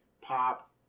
pop